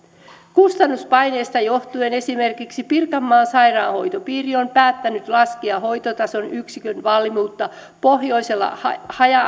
kustannuspaineesta johtuen esimerkiksi pirkanmaan sairaanhoitopiiri on päättänyt laskea hoitotason yksikön valmiutta pohjoisella haja